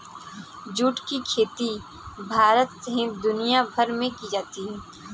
जुट की खेती भारत सहित दुनियाभर में की जाती है